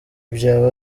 byaba